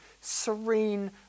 serene